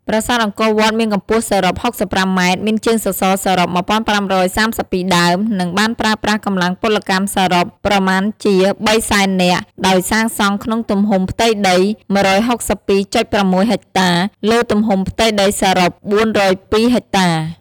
ប្រាសាទអង្គរវត្ត មានកម្ពស់សរុប ៦៥ម៉ែត្រ មានជើងសសរសរុប ១៥៣២ ដើម និងបានប្រើប្រាស់កម្លាំងពលកម្មសរុប ប្រមាណជា ៣០០,០០០ (៣សែននាក់) ដោយសាងសង់ក្នុងទំហំផ្ទៃដី ១៦២,៦ ហិចតា លើទំហំផ្ទៃដីសរុប ៤០២ ហិចតា។